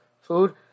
food